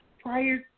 prior